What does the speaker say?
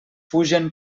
fugen